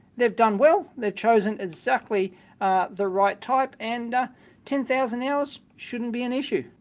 they've done well, they've chosen exactly the right type and ten thousand hours shouldn't be an issue.